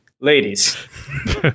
ladies